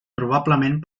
probablement